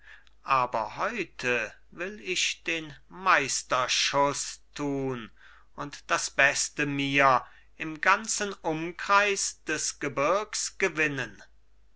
aber heute will ich den meisterschuss tun und das beste mir im ganzen umkreis des gebirgs gewinnen